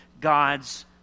God's